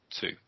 Two